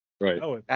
Right